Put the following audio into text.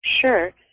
Sure